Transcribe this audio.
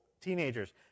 teenagers